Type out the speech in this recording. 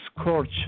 scorch